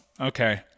okay